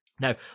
Now